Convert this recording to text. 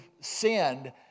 sinned